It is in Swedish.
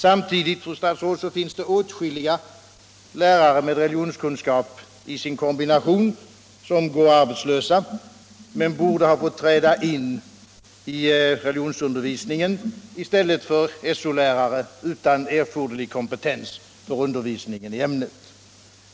Samtidigt, fru statsråd, finns det åtskilliga lärare med religionskunskap i sin kombination som går arbetslösa men borde ha fått träda in i religionsundervisning i stället för So-lärare utan erforderlig kompetens för undervisning i ämnet.